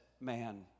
man